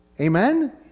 Amen